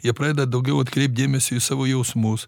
jie pradeda daugiau atkreipt dėmesio į savo jausmus